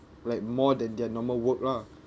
like more than their normal work lah